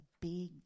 big